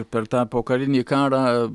per tą pokarinį karą